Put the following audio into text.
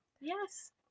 yes